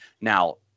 Now